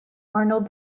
arnold